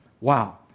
Wow